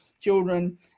children